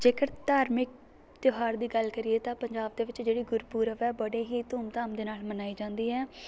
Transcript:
ਜੇਕਰ ਧਾਰਮਿਕ ਤਿਉਹਾਰ ਦੀ ਗੱਲ ਕਰੀਏ ਤਾਂ ਪੰਜਾਬ ਦੇ ਵਿੱਚ ਜਿਹੜੀ ਗੁਰਪੁਰਬ ਹੈ ਬੜੇ ਹੀ ਧੂਮ ਧਾਮ ਦੇ ਨਾਲ਼ ਮਨਾਈ ਜਾਂਦੀ ਹੈ